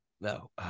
no